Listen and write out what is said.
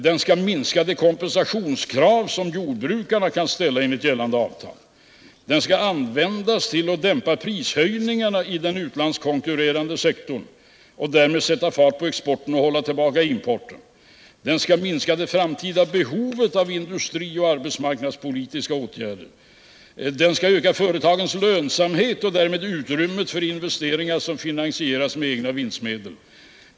Den skall minska de kompensationskrav som jordbrukarna kan ställa enligt gällande avtal. Den skall användas till att dämpa prishöjningarna i den utlandskonkurrerande sektorn och därmed sätta fart på exporten och hålla tillbaka importen. Den skall minska det framtida behovet av industrioch arbetsmarknadspolitiska åtgärder. Den skall öka företagens lönsamhet och därmed utrymmet för investeringar som finansieras med egna vinstmedel.